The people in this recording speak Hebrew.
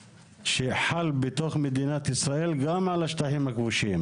שחל בתוך מדינת ישראל גם על השטחים הכבושים.